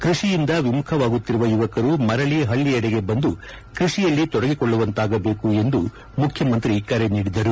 ಕೃಷಿಯಿಂದ ವಿಮುಖವಾಗುತ್ತಿರುವ ಯುವಕರು ಮರಳ ಹಳ್ಳಿಯೆಡೆಗೆ ಬಂದು ಕೃಷಿಯಲ್ಲಿ ತೊಡಗಿಕೊಳ್ಳುವಂತಾಗದೇಕು ಎಂದು ಮುಖ್ಚಮಂತ್ರಿ ಕರೆ ನೀಡಿದರು